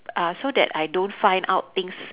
uh so that I don't find out things